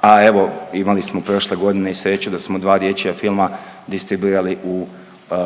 a evo imali smo prošle godine i sreću da smo dva dječja filma distribuirali u